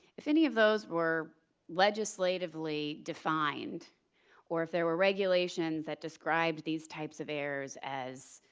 if any of those were legislatively defined or if there were regulations that described these types of errors as,